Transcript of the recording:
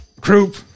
croup